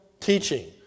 teaching